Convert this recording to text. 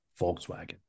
Volkswagen